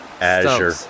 Azure